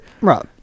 Right